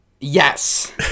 Yes